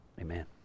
amen